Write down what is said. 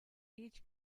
each